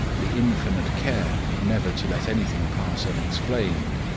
the infinite care never to let anything pass unexplained,